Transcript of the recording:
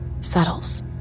settles